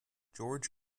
george